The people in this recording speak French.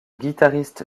guitariste